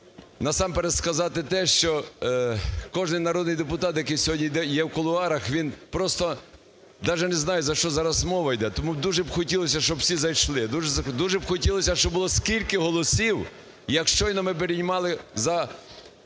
насамперед сказати те, що кожен народний депутат, який сьогодні є в кулуарах, він просто даже не знає, за що зараз мова іде, тому б дуже хотілося, щоб всі зайшли. Дуже хотілося б, щоб було скільки голосів, як щойно ми приймали за